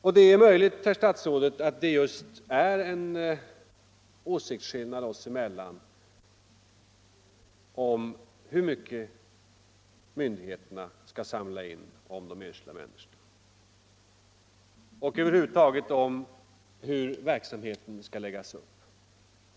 Sedan är det troligt, herr statsråd, att det finns en åsiktsskillnad mellan oss om hur mycket uppgifter myndigheterna skall samla in om-de enskilda människorna och över huvud taget om hur denna verksamhet skall läggas upp.